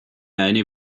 eine